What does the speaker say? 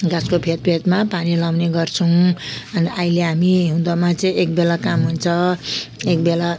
गाछको फेदफेदमा पानी लगाउने गर्छौँ अनि अहिले हामी हिउँदमा चाहिँ एक बेला काम हुन्छ एक बेला